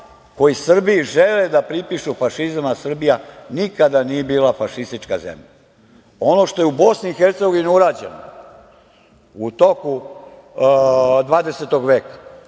koji Srbiji žele da pripišu fašizam, a Srbija nikada nije bila fašistička zemlja. Ono što je u Bosni i Hercegovini urađeno u toku 20. veka,